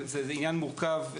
זה עניין מורכב,